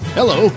Hello